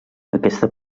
aquesta